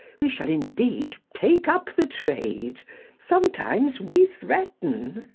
we shall indeed take up the trade sometimes we threaten,